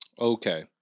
Okay